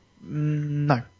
No